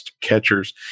catchers